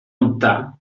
optar